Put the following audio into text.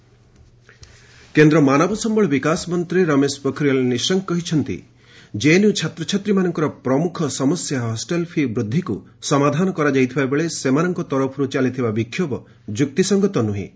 Nishank JNU କେନ୍ଦ୍ର ମାନବ ସମ୍ଘଳ ବିକାଶ ମନ୍ତ୍ରୀ ରମେଶ ପୋଖରିୟାଲ୍ ନିଶଙ୍କ କହିଛନ୍ତି ଜେଏନ୍ୟୁ ଛାତ୍ରଛାତ୍ରୀମାନଙ୍କର ପ୍ରମୁଖ ସମସ୍ୟା ହଷ୍ଟେଲ ଫି' ବୃଦ୍ଧିକ୍ତ ସମାଧାନ କରାଯାଇଥିବା ବେଳେ ସେମାନଙ୍କ ତରଫର୍ ଚାଲିଥିବା ବିକ୍ଷୋଭ ଯୁକ୍ତିସଙ୍ଗତ ନୁହେଁ